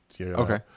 Okay